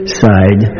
side